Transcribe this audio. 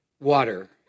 water